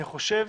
אני חושב